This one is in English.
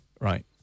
Right